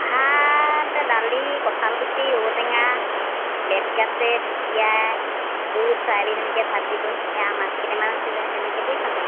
ভাত দালি কঁঠাল গুটি ঔটেঙা বেত গাজে ঢেঁকীয়া বুট চয়াবিন এনেকৈ ভাজিলোঁ এয়া মাছকেইটামান আছিলে তেনেকৈ দিয়ে খালোঁ